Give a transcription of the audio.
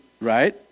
right